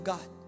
God